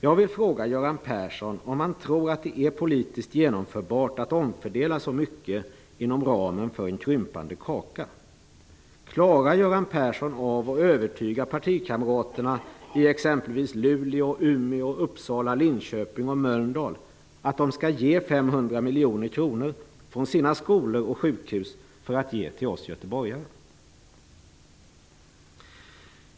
Jag vill fråga Göran Persson om han tror att det är politiskt genomförbart att omfördela så mycket inom ramen för en krympande kaka. Klarar Göran Persson av att övertyga partikamraterna i exempelvis Luleå, Umeå, Uppsala, Linköping och Mölndal att de skall ta 500 miljoner kronor från sina skolor och sjukhus för att ge till oss göteborgare?